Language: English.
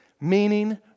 meaning